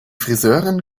friseurin